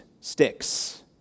sticks